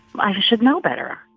i should know better